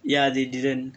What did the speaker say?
ya they didn't